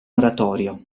oratorio